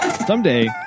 Someday